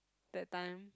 that time